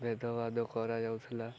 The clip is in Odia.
ଭେଦବାଦ କରାଯାଉଥିଲା